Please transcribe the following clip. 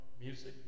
Music